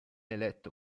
eletto